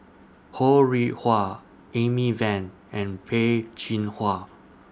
Ho Rih Hwa Amy Van and Peh Chin Hua